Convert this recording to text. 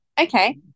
Okay